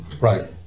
Right